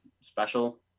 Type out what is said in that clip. special